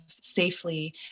safely